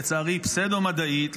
לצערי פסבדו-מדעית,